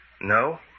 No